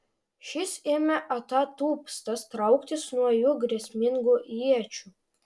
šis ėmė atatupstas trauktis nuo jų grėsmingų iečių